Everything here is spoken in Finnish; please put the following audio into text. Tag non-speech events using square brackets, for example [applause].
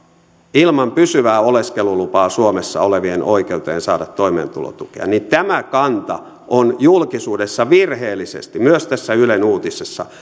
ilman pysyvää oleskelulupaa suomessa olevien oikeuteen saada toimeentulotukea niin tämä kanta on julkisuudessa virheellisesti myös tässä ylen uutisessa [unintelligible]